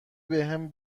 بهم